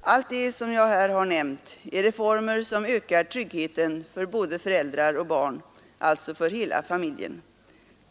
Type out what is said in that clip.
Allt det som jag här har nämnt är reformer som ökar tryggheten för både föräldrar och barn, alltså för hela familjen.